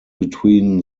between